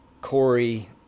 Corey